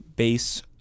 base